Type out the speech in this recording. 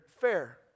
fair